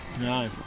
No